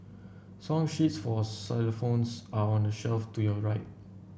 song sheets for xylophones are on the shelf to your right